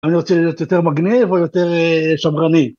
‫אני רוצה להיות יותר מגניב ‫או יותר שמרני.